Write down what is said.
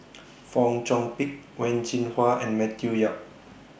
Fong Chong Pik Wen Jinhua and Matthew Yap